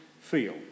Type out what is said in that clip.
feel